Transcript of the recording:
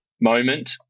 moment